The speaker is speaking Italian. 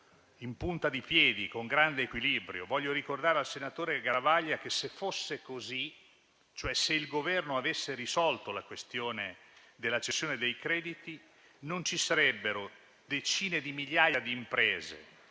in punta di piedi e con grande equilibrio, vorrei ricordare al senatore Garavaglia che se fosse così, se il Governo avesse risolto la questione della cessione dei crediti, non ci sarebbero decine di migliaia di imprese